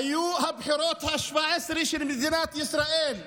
היו הבחירות לכנסת השבע-עשרה של מדינת ישראל,